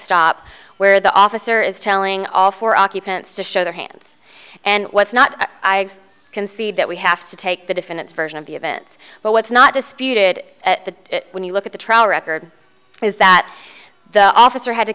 stop where the officer is telling all four occupants to show their hands and what's not i can see that we have to take the defendant's version of the events but what's not disputed at that when you look at the trial record is that the officer had to